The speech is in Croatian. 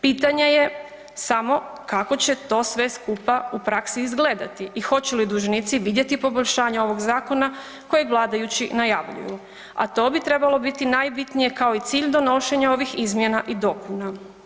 Pitanje je samo kako će to sve skupa u praksi izgledati i hoće li dužnici vidjeti poboljšanje ovog zakona kojeg vladajući najavljuju, a to bi trebalo biti najbitnije kao i cilj donošenja ovih izmjena i dopuna?